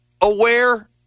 aware